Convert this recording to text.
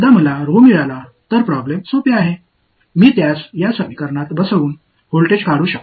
Rho சிக்கல் எளிது என்று நான் கண்டறிந்ததும் அதை இந்த சமன்பாட்டில் செருகி மின்னழுத்தத்தைக் கண்டுபிடிப்பேன்